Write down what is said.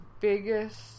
biggest